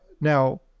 Now